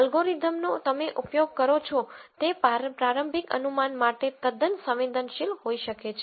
અલ્ગોરિધમનો તમે ઉપયોગ કરો છો તે પ્રારંભિક અનુમાન માટે તદ્દન સંવેદનશીલ હોઈ શકે છે